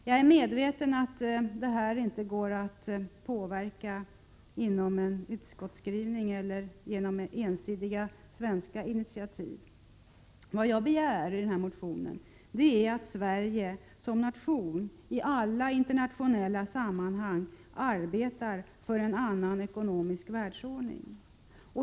Jag är medveten om att detta förhållande inte går att påverka genom en utskottsskrivning eller genom ensidiga svenska initiativ. Vad jag begär i motionen är att Sverige som nation i alla internationella sammanhang arbetar för en annan ekonomisk världsordning.